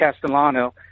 Castellano